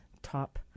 top